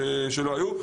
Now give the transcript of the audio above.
שלא היו.